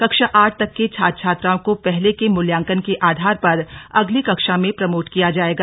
कक्षा आठ तक के छात्र छात्राओं को पहले के मूल्यांकन के आधार पर अगली कक्षा में प्रमोट किया जाएगा